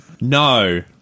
No